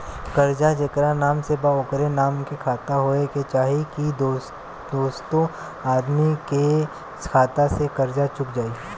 कर्जा जेकरा नाम से बा ओकरे नाम के खाता होए के चाही की दोस्रो आदमी के खाता से कर्जा चुक जाइ?